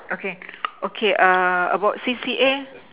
okay okay err about C_C_A